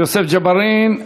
יוסף ג'בארין?